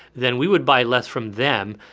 then we would buy less from them,